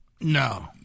No